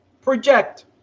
project